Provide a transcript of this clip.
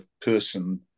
person